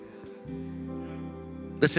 Listen